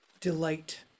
Delight